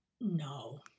No